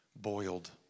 boiled